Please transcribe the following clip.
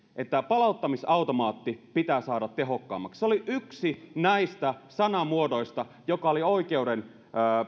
että palauttamisautomaatti pitää saada tehokkaammaksi se oli yksi näistä sanamuodoista joka oli oikeuden